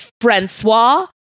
Francois